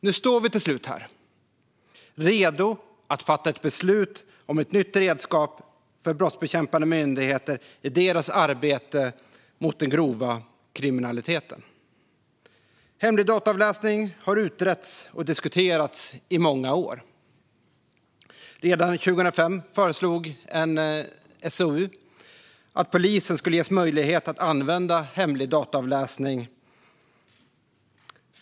Nu står vi till slut här redo att fatta beslut om ett nytt redskap för brottsbekämpande myndigheter i deras arbete mot den grova kriminaliteten. Hemlig dataavläsning har utretts och diskuterats i många år. Redan 2005 föreslogs i en SOU att polisen skulle ges möjlighet att använda hemlig dataavläsning.